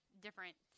different